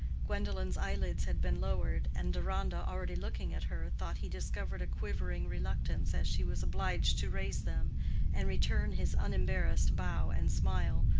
gwendolen's eyelids had been lowered, and deronda, already looking at her, thought he discovered a quivering reluctance as she was obliged to raise them and return his unembarrassed bow and smile,